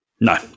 No